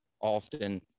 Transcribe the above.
often